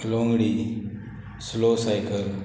लोंगडी slow cycle